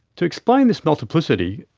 to explain this multiplicity,